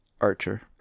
Archer